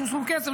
איזשהו סכום כסף,